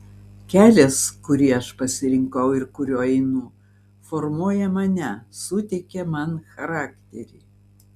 kelias kurį aš pasirinkau ir kuriuo einu formuoja mane suteikia man charakterį